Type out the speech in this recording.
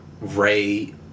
Ray